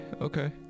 okay